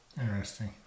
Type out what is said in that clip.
Interesting